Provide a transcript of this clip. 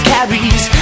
Carries